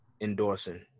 endorsing